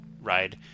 ride